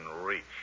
reach